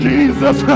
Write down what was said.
Jesus